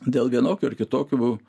dėl vienokių ar kitokių